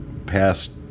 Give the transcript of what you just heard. past